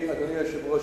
אדוני היושב-ראש,